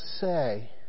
say